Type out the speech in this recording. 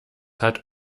hat